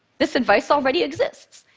this advice already exists,